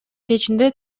кечинде